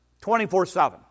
24-7